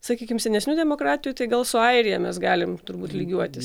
sakykim senesnių demokratijų tai gal su airija mes galim turbūt lygiuotis